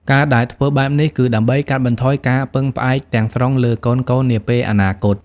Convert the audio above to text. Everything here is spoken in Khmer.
ការដែលធ្វើបែបនេះ គឺដើម្បីកាត់បន្ថយការពឹងផ្អែកទាំងស្រុងលើកូនៗនាពេលអនាគត។